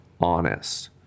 honest